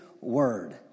word